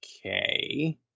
okay